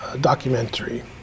documentary